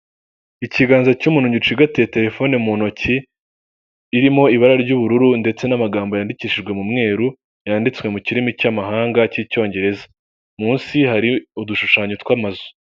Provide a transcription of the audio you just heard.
Ikiganza cy'umuntu gicigatiye terefone mu ntoki irimo ibara ry'ubururu ndetse n'amagambo yandikishijwe mu mweru, yanditswe mu kirimi cy'amahanga k'icyongereza munsi hari udushushanyo tw'amazu.